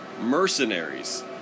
mercenaries